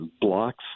blocks